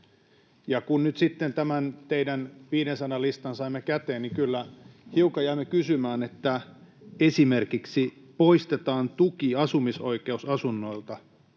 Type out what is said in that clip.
kun nyt sitten tämän teidän 500:n listan saimme käteen, niin kyllä hiukan jäämme siitä kysymään. Esimerkiksi poistetaan tuki asumisoikeusasunnoilta